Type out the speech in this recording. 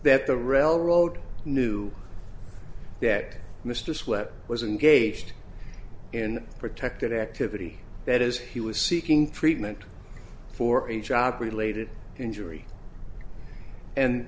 the railroad knew that mr sweat was engaged in protected activity that is he was seeking treatment for a job related injury and